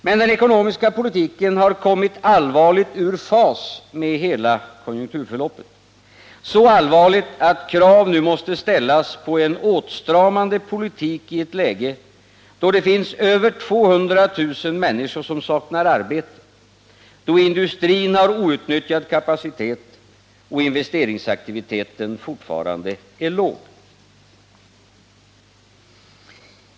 Men den ekonomiska politiken har kommit allvarligt ur fas med hela konjunkturförloppet —så allvarligt att krav nu måste ställas på en åtstramande politik i ett läge då det finns över 200 000 människor som saknar arbete och då industrin har outnyttjad kapacitet och investeringsaktiviteten fortfarande är låg.